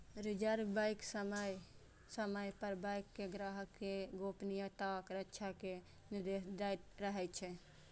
reserve bank समय समय पर बैंक कें ग्राहक केर गोपनीयताक रक्षा के निर्देश दैत रहै छै